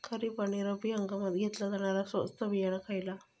खरीप आणि रब्बी हंगामात घेतला जाणारा स्वस्त बियाणा खयला?